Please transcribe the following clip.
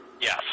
Yes